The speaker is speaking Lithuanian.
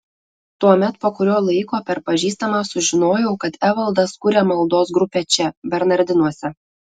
tuomet po kurio laiko per pažįstamą sužinojau kad evaldas kuria maldos grupę čia bernardinuose